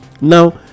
Now